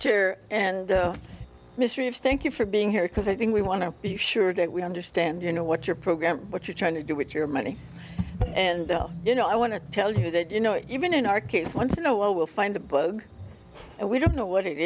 much and mystery of thank you for being here because i think we want to be sure that we understand you know what your program what you're trying to do with your money and you know i want to tell you that you know even in our case once in a while we'll find a bug and we don't know what it